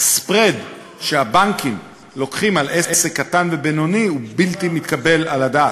ה-spread שהבנקים לוקחים על עסק קטן ובינוני הוא בלתי מתקבל על הדעת.